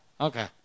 Okay